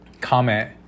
comment